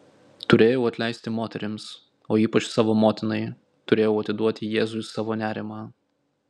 turėjau atleisti moterims o ypač savo motinai turėjau atiduoti jėzui savo nerimą